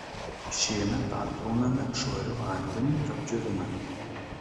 išėmę perplauname švariu vandeniu ir apdžioviname